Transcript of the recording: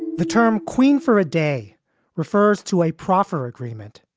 the term queen for a day refers to a proffer agreement.